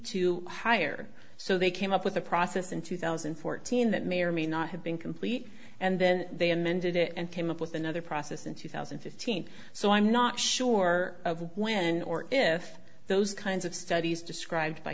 to hire so they came up with a process in two thousand and fourteen that may or may not have been complete and then they amended it and came up with another process in two thousand and fifteen so i'm not sure when or if those kinds of studies described by